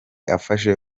afashe